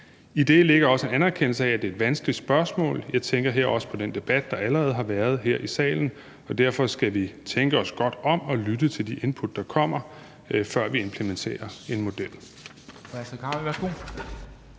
I det ligger også en anerkendelse af, at det er et vanskeligt spørgsmål. Jeg tænker her også på den debat, der allerede har været her i salen. Og derfor skal vi tænke os godt om og lytte til de input, der kommer, før vi implementerer en model.